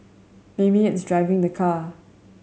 maybe it's driving the car